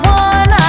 one